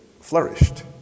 flourished